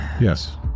Yes